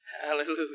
Hallelujah